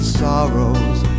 sorrows